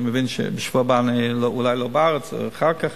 אני מבין, בשבוע הבא אני אולי לא בארץ, אבל אחר כך